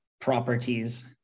properties